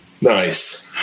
Nice